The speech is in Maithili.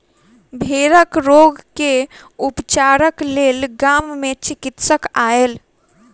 भेड़क रोग के उपचारक लेल गाम मे चिकित्सक आयल